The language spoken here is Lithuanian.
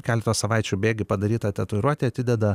keleto savaičių bėgy padaryta tatuiruotė atideda